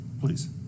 please